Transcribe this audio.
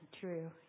true